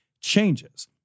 changes